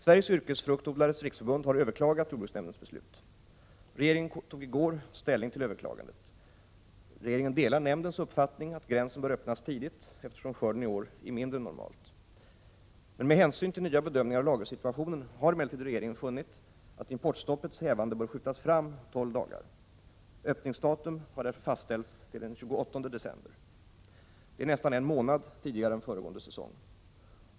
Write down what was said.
Sveriges Yrkesfruktodlares Riksförbund har överklagat jordbruksnämndens beslut. Regeringen tog i går ställning till överklagandet. Regeringen delar nämndens uppfattning att gränsen bör öppnas tidigt eftersom skörden i år är mindre än normalt. Med hänsyn till nya bedömningar av lagersituationen har emellertid regeringen funnit att importstoppets hävande bör skjutas fram tolv dagar. Öppningsdatum har därför fastställts till den 28 december. Det är nästan en månad tidigare än föregående säsong.